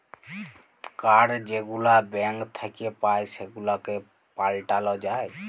card যেগুলা bank থ্যাইকে পাই সেগুলাকে পাল্টাল যায়